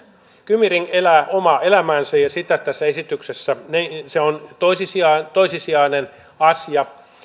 kymi ring elää omaa elämäänsä ja tässä esityksessä se on toissijainen asia